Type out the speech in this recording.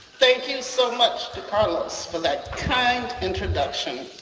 so much decarlos for that kind introduction.